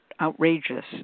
outrageous